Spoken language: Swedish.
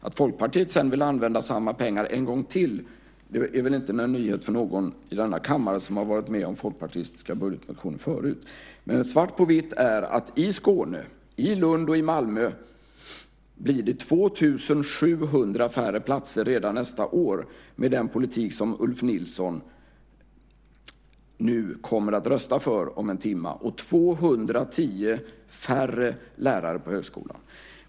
Att Folkpartiet sedan vill använda samma pengar en gång till är inte någon nyhet för någon i denna kammare som har varit med om folkpartistiska budgetmotioner förut. Svart på vitt är att i Skåne - i Lund och Malmö - blir det 2 700 färre platser redan nästa år med den politik som Ulf Nilsson kommer att rösta för om en timme. Det blir 210 färre lärare på högskolan.